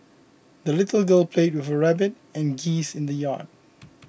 the little girl played with her rabbit and geese in the yard